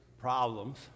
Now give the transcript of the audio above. Problems